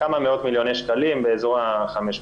כמה מאות מיליוני שקלים, באזור ה-500.